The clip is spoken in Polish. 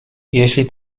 jeśli